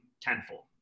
tenfold